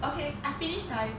okay I finish like